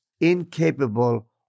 incapable